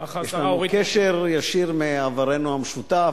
יש לנו קשר ישיר מעברנו המשותף,